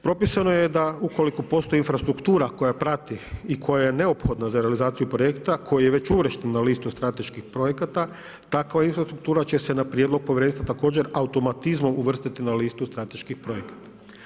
Propisano je da ukoliko postoji infrastruktura koja prati i koja je neophodna za realizaciju projekta koji je već uvršten strateških projekata, takva infrastruktura će se na prijedlog povjerenstva također automatizmom uvrstiti na listu strateških projekata.